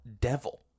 devil